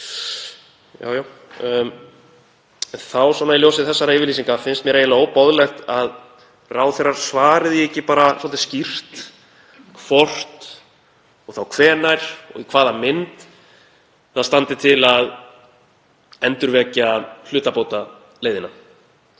hjallinn. Í ljósi þessara yfirlýsinga finnst mér eiginlega óboðlegt að ráðherrar svari því ekki bara svolítið skýrt hvort og þá hvenær og í hvaða mynd það standi til að endurvekja hlutabótaleiðinna.